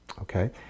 okay